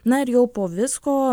na ir jau po visko